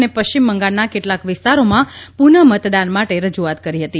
અને પશ્ચિમ બંઘાળના કેટલાક વિસ્તારોમાં પ્રનઃમતદાન માટે રજ્આત કરી હતી